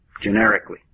generically